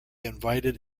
invited